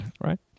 Right